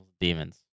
Demons